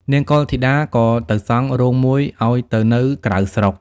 នាងកុលធីតា ក៏ទៅសង់រោងមួយឲ្យទៅនៅក្រៅស្រុក។